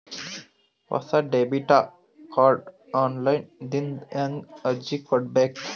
ಹೊಸ debit card online ದಿಂದ ಹೇಂಗ ಅರ್ಜಿ ಕೊಡಬೇಕು?